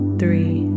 three